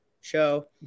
show